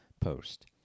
post